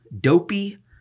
Dopey